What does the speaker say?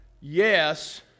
yes